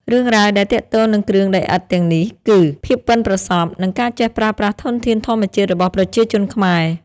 រឿងរ៉ាវដែលទាក់ទងនឹងគ្រឿងដីឥដ្ឋទាំងនេះគឺ ភាពប៉ិនប្រសប់ និង ការចេះប្រើប្រាស់ធនធានធម្មជាតិ របស់ប្រជាជនខ្មែរ។